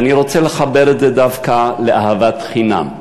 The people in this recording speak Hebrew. אני רוצה לחבר את זה דווקא לאהבת חינם.